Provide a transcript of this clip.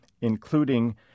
including –